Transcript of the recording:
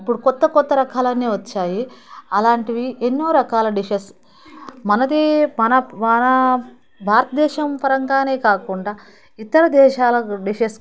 ఇప్పుడు క్రొత్త క్రొత్త రకాలన్నీ వచ్చాయి అలాంటివి ఎన్నో రకాల డిషెస్ మనదే మన మన భారతదేశ పరంగానే కాకుండా ఇతర దేశాల డిషెస్